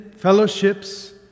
Fellowships